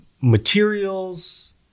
materials